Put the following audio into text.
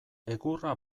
egurra